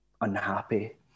unhappy